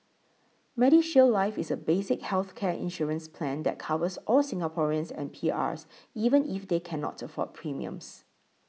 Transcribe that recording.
MediShield Life is a basic healthcare insurance plan that covers all Singaporeans and PRs even if they cannot afford premiums